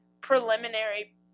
preliminary